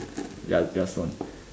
ya just one